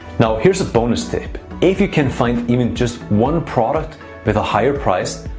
now, here's a bonus tip. if you can find even just one product with a higher price,